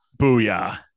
Booyah